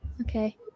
Okay